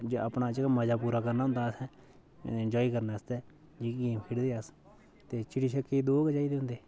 अपना गै मज़ा पूरा करना होंदा असें इंजाय करने आस्तै जेह्ड़ी गेम खेढदे अस ते चिड़ी छिक्के गी दो गै चाहि्दे होंदे